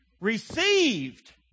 received